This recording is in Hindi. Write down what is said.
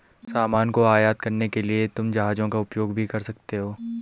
सामान को आयात करने के लिए तुम जहाजों का उपयोग भी कर सकते हो